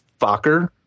focker